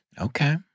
Okay